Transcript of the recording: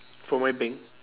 for my bank